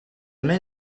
man